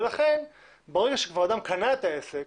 לכן ברגע שכבר אדם קנה את העסק,